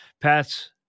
Pats